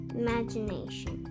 imagination